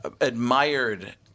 admired